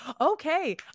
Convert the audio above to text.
okay